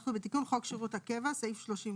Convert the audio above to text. תיקון חוק שירות הקבע (גמלאות)32.